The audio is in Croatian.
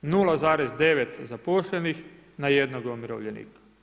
0,9 zaposlenih na jednoga umirovljenika.